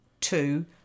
two